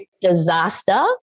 disaster